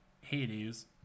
Hades